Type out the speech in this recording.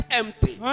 empty